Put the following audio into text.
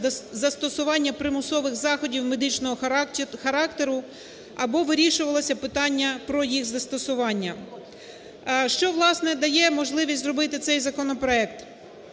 застосування примусових заходів медичного характеру або вирішувалося питання про їх застосування. Що, власне, дає можливість зробити цей законопроект?